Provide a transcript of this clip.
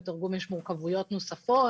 בתרגום יש מורכבויות נוספות,